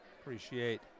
Appreciate